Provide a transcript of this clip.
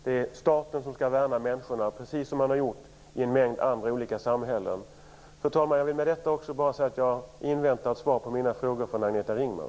Det är staten som skall värna människorna, precis som man har gjort i en mängd andra olika samhällen. Fru talman! Jag vill också bara säga att jag väntar på svar på mina frågor från Agneta Ringman.